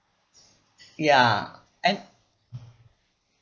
ya and